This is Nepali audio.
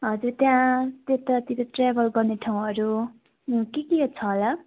हजुर त्यहाँ त्यतातिर ट्र्याभल गर्ने ठाउँहरू के के छ होला